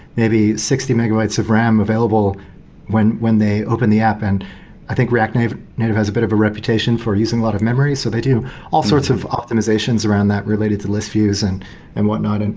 maybe sixty megabytes of ram available when when they open the app. and i think react native native has a bit of a reputation for using a lot of memory, so they do all sorts of optimizations around that related to list views and and whatnot. and